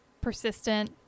persistent